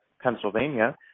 Pennsylvania